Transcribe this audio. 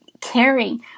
caring